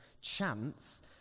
chance